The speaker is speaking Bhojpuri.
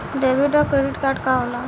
डेबिट और क्रेडिट कार्ड का होला?